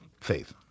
faith